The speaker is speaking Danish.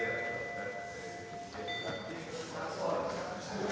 Tak